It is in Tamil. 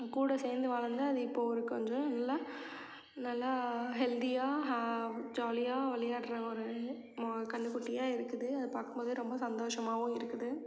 கூட சேர்ந்து வளர்ந்து அது இப்போது ஒரு கொஞ்சம் நல்லா நல்லா ஹெல்தியாக ஹ ஜாலியாக விளையாடுற ஒரு கன்றுக்குட்டியா இருக்குது அதை பார்க்கும் போதே ரொம்ப சந்தோசமாகவும் இருக்குது